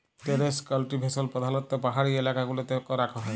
terrace cultivation প্রধালত্ব পাহাড়ি এলাকা গুলতে ক্যরাক হ্যয়